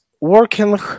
working